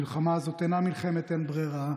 המלחמה הזאת אינה מלחמת אין-ברירה,